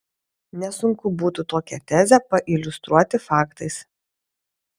nesunku būtų tokią tezę pailiustruoti faktais